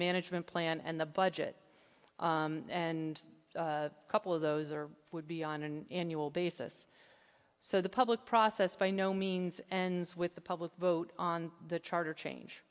management plan and the budget and a couple of those are would be on in will basis so the public process by no means ends with the public vote on the charter change